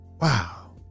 Wow